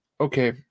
okay